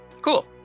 Cool